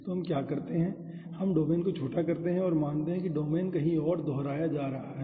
तो हम क्या करते हैं हम डोमेन को छोटा करते हैं और मानते हैं कि डोमेन कहीं और दोहराया जा रहा है